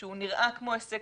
שהוא נראה כמו עסק,